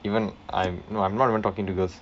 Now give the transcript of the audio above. even I'm no I'm not even talking to girls